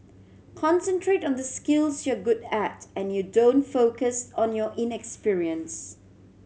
concentrate on the skills you're good at and you don't focus on your inexperience